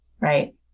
Right